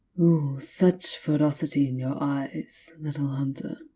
ooh, such ferocity in your eyes, little hunter.